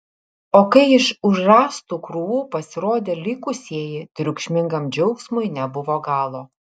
o kai iš už rąstų krūvų pasirodė likusieji triukšmingam džiaugsmui nebuvo galo